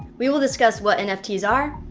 we will discuss what and nft's are,